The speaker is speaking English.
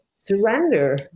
surrender